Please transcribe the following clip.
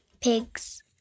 pigs